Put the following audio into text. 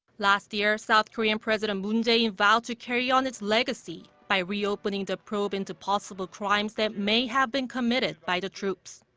last year, south korean president moon jae-in vowed to carry on its legacy by reopening the probe into possible crimes that may have been committed by the troops.